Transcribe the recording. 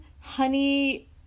honey